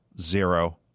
Zero